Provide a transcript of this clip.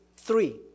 Three